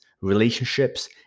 relationships